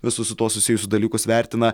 visus su tuo susijusius dalykus vertina